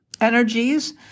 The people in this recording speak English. energies